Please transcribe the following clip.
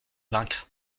vaincre